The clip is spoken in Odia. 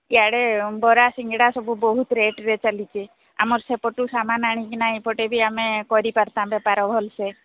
ଇଆଡ଼େ ବରା ସିଙ୍ଗଡ଼ା ସବୁ ବହୁତ ରେଟ୍ରେ ଚାଲିଛି ଆମର ସେପଟୁ ସାମାନ ଆଣି ଏପଟେ ବି ଆମେ କରିପାରିବା ବେପାର ଭଲସେ